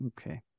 Okay